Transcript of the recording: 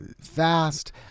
fast